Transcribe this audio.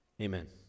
Amen